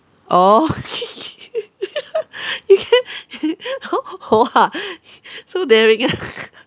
orh you can !wah! so daring ah